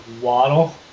waddle